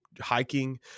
hiking